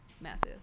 massive